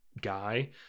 guy